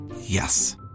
Yes